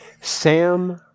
Sam